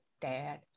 dad